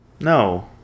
No